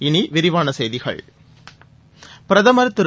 இனி விரிவான செய்திகள் பிரதமர் திரு